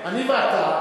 אני ואתה,